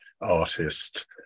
artist